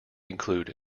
include